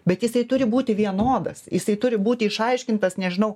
bet jisai turi būti vienodas jisai turi būti išaiškintas nežinau